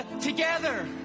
together